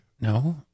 no